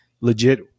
legit